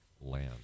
land